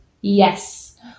Yes